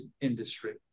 industry